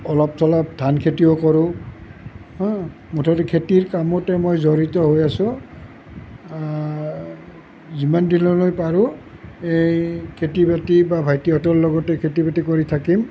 অলপ চলপ ধান খেতিও কৰোঁ হা মুঠতে খেতিৰ কামতে মই জড়িত হৈ আছোঁ যিমান দিনলৈ পাৰোঁ এই খেতি বাতি বা ভাইটিহঁতৰ লগতে খেতি বাতি কৰি থাকিম